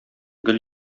гел